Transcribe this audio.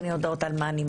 הן יודעות על מה אני מדברת.